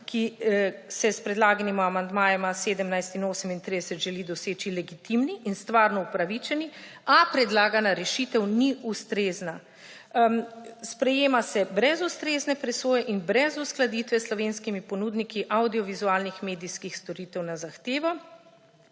ki se s predlaganima amandmajema k 17. in 38. členu želi doseči, legitimni in stvarno upravičeni, a predlagana rešitev ni ustrezna. Sprejema se brez ustrezne presoje in brez uskladitve s slovenskimi ponudniki avdiovizualnih medijskih storitev na zahtevo.